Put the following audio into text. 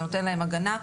זה נותן להם הגנה,